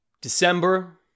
December